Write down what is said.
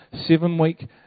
seven-week